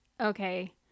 Okay